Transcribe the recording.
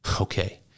Okay